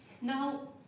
Now